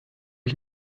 ich